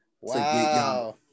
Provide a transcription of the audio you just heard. Wow